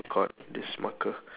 god this marker